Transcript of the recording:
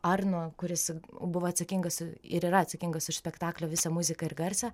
arnu kuris buvo atsakingas ir yra atsakingas už spektaklio visą muziką ir garsą